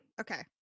Okay